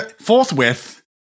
forthwith